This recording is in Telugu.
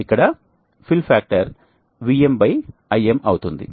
ఇక్కడ ఫిల్ ఫ్యాక్టర్ VMIM అవుతుంది